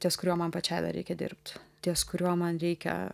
ties kuriuo man pačiai dar reikia dirbt ties kuriuo man reikia